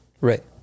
Right